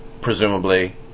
presumably